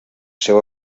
seu